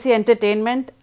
entertainment